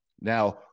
Now